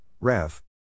Rev